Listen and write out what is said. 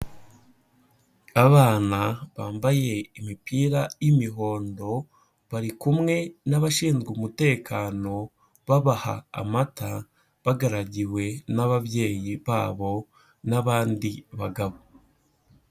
Abana bambaye imipira y'imihondo, bari kumwe n'abashinzwe umutekano, babaha amata, bagaragiwe n'ababyeyi babo n'abandi bagabo.